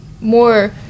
more